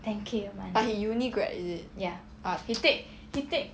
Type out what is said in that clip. but he uni grad ah